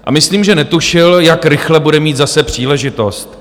A myslím, že netušil, jak rychle bude mít zase příležitost.